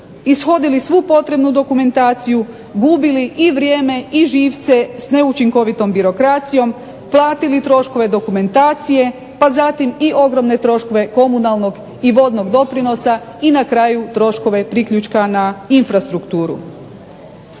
ishodili svu potrebnu dokumentaciju, gubili i vrijeme i živce s neučinkovitom birokracijom, platili troškove dokumentacije pa zatim i ogromne troškove komunalnog i vodnog doprinosa i na kraju troškove priključka na infrastrukturu.